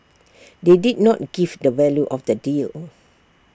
they did not give the value of the deal